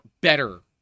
better